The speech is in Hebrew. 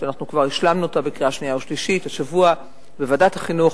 שאנחנו כבר השלמנו אותה לקריאה שנייה ושלישית השבוע בוועדת החינוך,